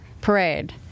parade